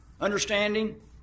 understanding